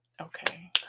Okay